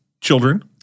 children